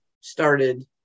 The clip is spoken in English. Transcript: started